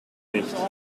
nicht